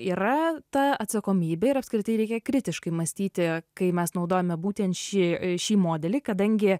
yra ta atsakomybė ir apskritai reikia kritiškai mąstyti kai mes naudojame būtent šį šį modelį kadangi